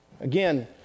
again